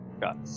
Got